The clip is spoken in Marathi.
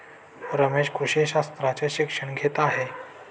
रमेश कृषी शास्त्राचे शिक्षण घेत आहे